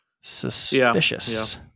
suspicious